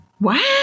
Wow